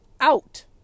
out